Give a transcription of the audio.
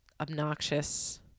obnoxious